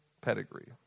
pedigree